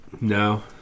No